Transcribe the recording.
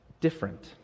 different